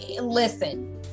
listen